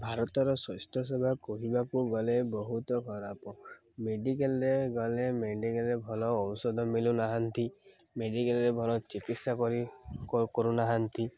ଭାରତର ସ୍ୱାସ୍ଥ୍ୟ ସେବା କହିବାକୁ ଗଲେ ବହୁତ ଖରାପ ମେଡ଼ିକାଲରେ ଗଲେ ମେଡ଼ିକାଲରେ ଭଲ ଔଷଧ ମିଳୁନାହାନ୍ତି ମେଡ଼ିକାଲରେ ଭଲ ଚିକିତ୍ସା କରି କରୁନାହାନ୍ତି